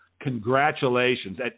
congratulations